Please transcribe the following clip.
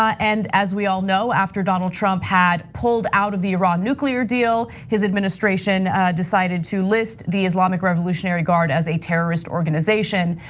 and as we all know, after donald trump had pulled out of the iran nuclear deal, his administration decided to list the islamic revolutionary guard as a terrorist organization.